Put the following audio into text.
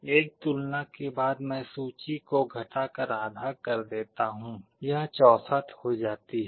एक तुलना के बाद मैं सूची को घटाकर आधा कर देता हूं यह 64 हो जाती है